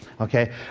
okay